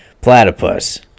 platypus